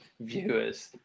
viewers